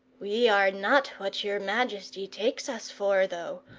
we are not what your majesty takes us for, though.